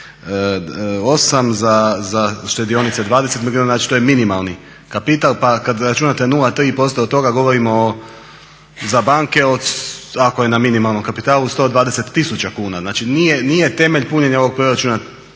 za štedionice 20 milijuna, znači to je minimalni kapital kada računate 0,3% od toga govorimo za banke od ako je na minimalnom kapitalu 120 tisuća kuna znači nije temelj punjenje ovog proračuna